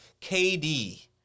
KD